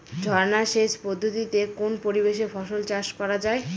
ঝর্না সেচ পদ্ধতিতে কোন পরিবেশে ফসল চাষ করা যায়?